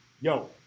yo